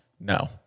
No